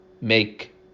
make